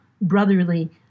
brotherly